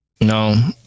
no